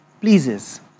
pleases